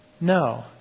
No